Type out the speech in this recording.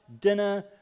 dinner